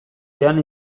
jan